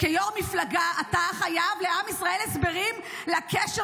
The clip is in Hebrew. כיו"ר מפלגה אתה חייב לעם ישראל הסברים לקשר